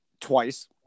twice